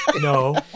no